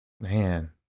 man